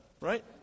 right